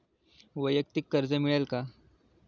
वैयक्तिक कर्ज मिळेल का?